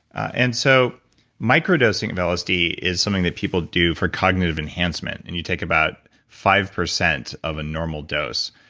and so micro-dosing of lsd is something that people do for cognitive enhancement. and you take about five percent of a normal dose.